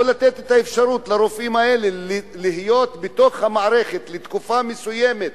או לאפשר לרופאים האלה להיות בתוך המערכת לתקופה מסוימת,